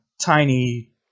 tiny